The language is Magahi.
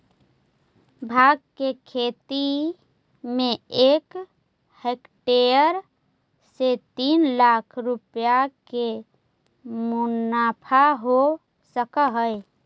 भाँग के खेती में एक हेक्टेयर से तीन लाख रुपया के मुनाफा हो सकऽ हइ